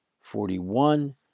forty-one